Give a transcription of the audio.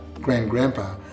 grand-grandpa